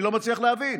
אני לא מצליח להבין.